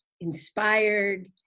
inspired